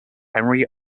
henry